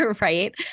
right